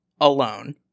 alone